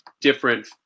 different